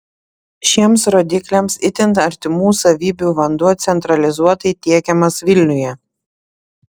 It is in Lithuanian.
šiems rodikliams itin artimų savybių vanduo centralizuotai tiekiamas vilniuje